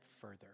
further